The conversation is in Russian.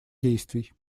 действий